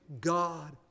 God